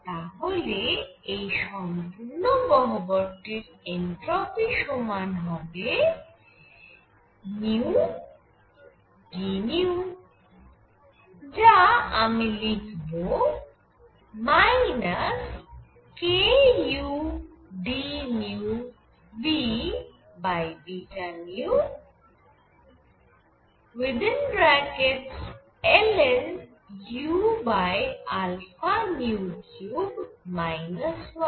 তাহলে এই সম্পূর্ণ গহ্বরটির এনট্রপি সমান হবে d যা আমি লিখব kudνVβνln⁡ 1